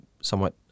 somewhat